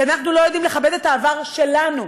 כי אנחנו לא יודעים לכבד את העבר שלנו,